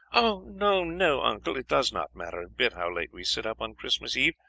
oh! no, no, uncle it does not matter a bit how late we sit up on christmas eve,